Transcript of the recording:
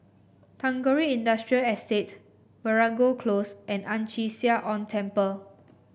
Tagore Industrial Estate Veeragoo Close and Ang Chee Sia Ong Temple